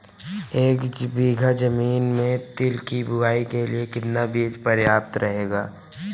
एक बीघा ज़मीन में तिल की बुआई के लिए कितना बीज प्रयाप्त रहेगा?